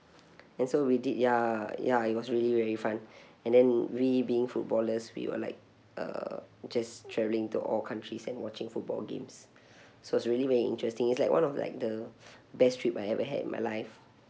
and so we did ya ya it was really very fun and then we being footballers we were like uh just traveling to all countries and watching football games so it's really very interesting it's like one of like the best trip I ever had in my life